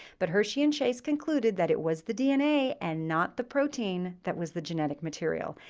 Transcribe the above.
but hershey and chase concluded that it was the dna and not the protein that was the genetic material,